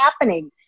happening